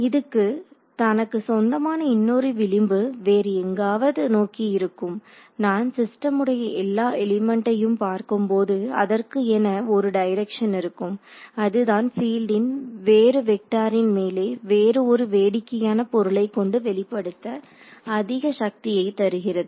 இதுக்கு தனக்கு சொந்தமான இன்னொரு விளிம்பு வேறு எங்காவது நோக்கி இருக்கும் நான் சிஸ்டமுடைய எல்லா எலிமெண்ட்டையும் பார்க்கும் போது அதற்கு என ஒரு டைரக்சன் இருக்கும் அதுதான் பீல்டின் வேறு வெக்டாரின் மேலே வேறு ஒரு வேடிக்கையான பொருளை கொண்டு வெளிப்படுத்த அதிக சக்தியை தருகிறது